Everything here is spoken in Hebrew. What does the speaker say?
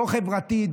לא חברתי,